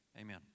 Amen